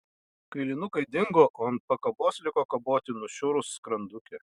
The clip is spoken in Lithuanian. kailinukai dingo o ant pakabos liko kaboti nušiurus skrandukė